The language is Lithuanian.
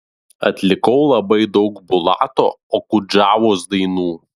atlikau labai daug bulato okudžavos dainų